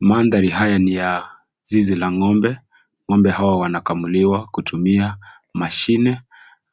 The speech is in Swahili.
Mandhari haya ni ya zizi la ng'ombe, ng'ombe hawa wanakamuliwa kutumia mashine,